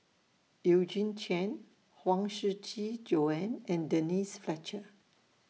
Eugene Chen Huang Shiqi Joan and Denise Fletcher